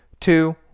two